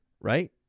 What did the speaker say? right